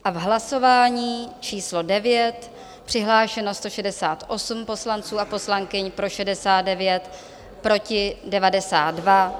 V hlasování číslo 9 přihlášeno 168 poslanců a poslankyň, pro 69, proti 92.